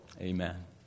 Amen